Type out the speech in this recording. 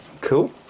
Cool